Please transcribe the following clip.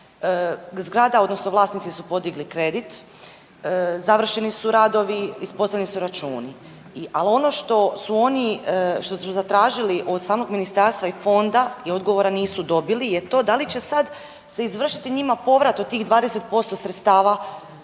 Zgrada, odnosno vlasnici su podigli kredit, završeni su radovi, ispostavljeni su računi. Ali ono što su oni, što smo zatražili od samog Ministarstva i Fonda i odgovora nisu dobili je to da li će sad se izvršiti njima povrat od tih 20% sredstava prema